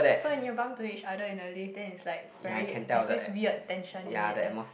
so when you bump into each other in the lift then is like very there's this weird tension in it eh